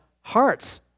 hearts